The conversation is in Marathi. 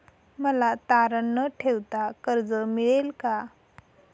मला तारण न ठेवता कर्ज मिळेल का?